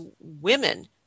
women